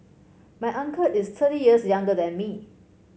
my uncle is thirty years younger than me